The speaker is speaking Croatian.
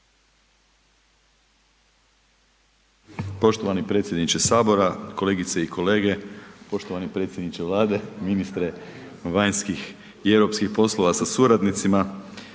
Poštovani predsjedniče sabora, kolegice i kolege, poštovani predsjedniče Vlade, ministre vanjskih i europskih poslova sa suradnicima,